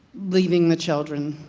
leaving the children,